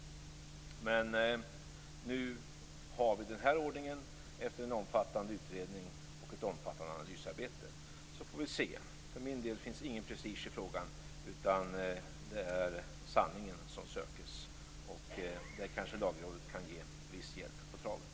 Men nu har vi den här ordningen, efter en omfattande utredning och ett omfattande analysarbete. Vi får alltså se. För min del känner jag ingen prestige i frågan, utan det är sanningen som söks; där kanske Lagrådet kan ge viss hjälp på traven.